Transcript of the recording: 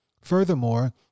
Furthermore